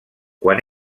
quan